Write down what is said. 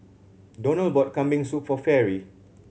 Donald bought Kambing Soup for Fairy